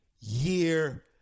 year